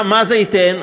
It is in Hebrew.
מה, מה זה ייתן?